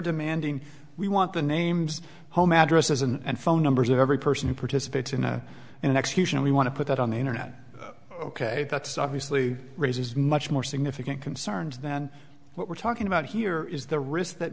demanding we want the names home addresses and phone numbers of every person who participates in a in an execution we want to put that on the internet ok that's obviously raises much more significant concerns then what we're talking about here is the risk that